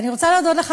אני רוצה להודות לך,